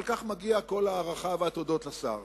ועל כך מגיעה ההערכה והתודה לשר.